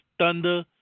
Thunder